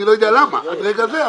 אני לא יודע למה עד רגע זה,